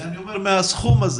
מהסכום הזה